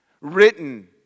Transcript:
Written